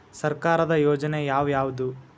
ಸರ್ಕಾರದ ಯೋಜನೆ ಯಾವ್ ಯಾವ್ದ್?